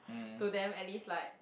to them at least like